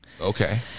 Okay